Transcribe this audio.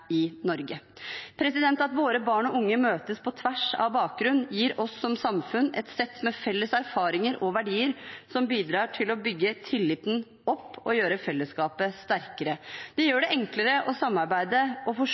i Norge. At våre barn og unge møtes på tvers av bakgrunn, gir oss som samfunn et sett med felles erfaringer og verdier som bidrar til å bygge tillit og et sterkere fellesskap. Det gjør det enklere å samarbeide med, forstå og